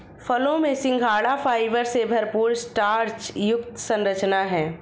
फलों में सिंघाड़ा फाइबर से भरपूर स्टार्च युक्त संरचना है